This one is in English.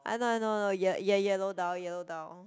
I know I know I know ye~ yellow dhal yellow dhal